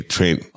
Trent